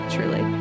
Truly